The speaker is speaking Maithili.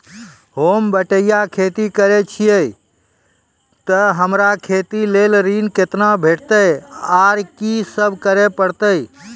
होम बटैया खेती करै छियै तऽ हमरा खेती लेल ऋण कुना भेंटते, आर कि सब करें परतै?